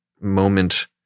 moment